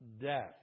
death